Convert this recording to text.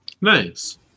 Nice